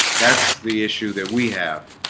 that's the issue that we have